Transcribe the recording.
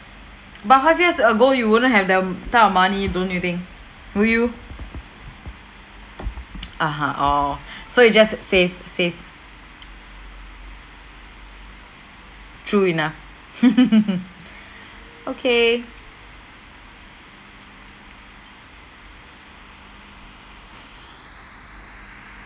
but five years ago you wouldn't have that ton of money don't you think would you (uh huh) oh so you just save save true enough okay